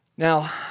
Now